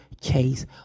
case